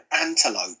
Antelope